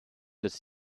des